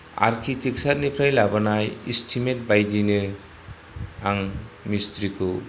आर्किटेक्चारनिफ्राय लाबोनाय इस्टिमेट बायदिनो आं मिस्त्रिखौ